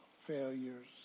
failures